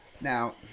Now